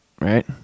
right